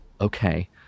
okay